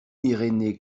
irénée